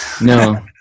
No